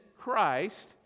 Christ